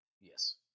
Yes